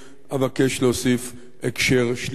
אבקש להוסיף הקשר שלישי: